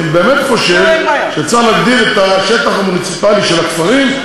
אני באמת חושב שצריך להגדיל את השטח המוניציפלי של הכפרים,